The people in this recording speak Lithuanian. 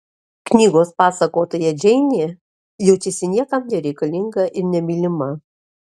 knygos pasakotoja džeinė jaučiasi niekam nereikalinga ir nemylima